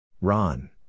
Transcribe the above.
Ron